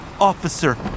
officer